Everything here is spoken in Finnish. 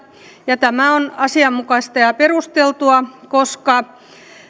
ja tämä on asianmukaista ja perusteltua koska